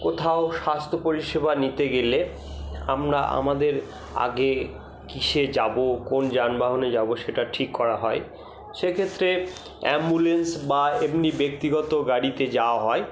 কোথাও স্বাস্থ্যপরিষেবা নিতে গেলে আমরা আমাদের আগে কিসে যাব কোন যানবাহনে যাব সেটা ঠিক করা হয় সেক্ষেত্রে অ্যাম্বুলেন্স বা এমনি ব্যক্তিগত গাড়িতে যাওয়া হয়